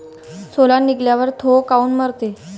सोला निघाल्यावर थो काऊन मरते?